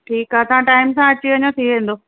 ठीकु आहे तव्हां टाइम सां अची वञो थी वेंदो